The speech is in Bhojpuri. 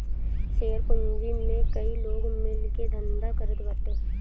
शेयर पूंजी में कई लोग मिल के धंधा करत बाटे